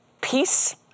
Peace